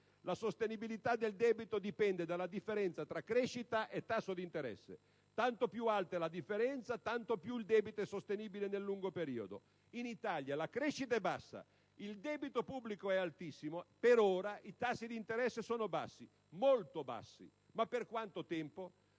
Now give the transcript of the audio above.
La sostenibilità del debito dipende dalla differenza tra crescita e tasso d'interesse. Tanto più alta è la differenza, tanto più il debito è sostenibile nel lungo periodo. In Italia, la crescita è bassa, il debito pubblico è altissimo e, per ora, i tassi d'interesse sono bassi, molto bassi. Ma per quanto tempo?